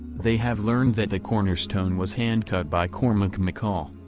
they have learned that the cornerstone was hand-cut by cormack mccall,